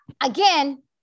again